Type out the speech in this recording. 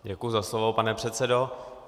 Děkuji za slovo, pane předsedo.